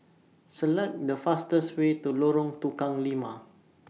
Select The fastest Way to Lorong Tukang Lima